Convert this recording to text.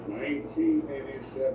1987